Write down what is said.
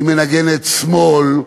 היא מנגנת שמאל,